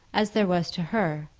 as there was to her,